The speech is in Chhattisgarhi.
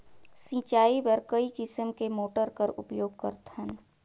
सिंचाई बर कई किसम के मोटर कर उपयोग करथन?